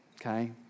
okay